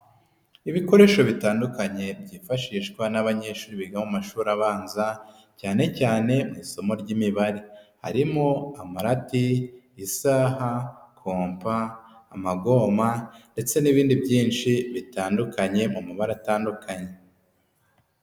Ibikoresho bitandukanye byifashishwa n'abanyeshuri biga mu mashuri abanza cyane cyane mu isomo ry'imibare. Harimo amarati, isaha, kompa, amagoma ndetse n'ibindi byinshi bitandukanye mu mabara atandukanye.